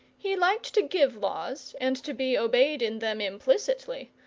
he liked to give laws and to be obeyed in them implicitly,